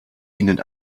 ihnen